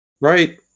Right